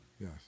Yes